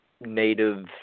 native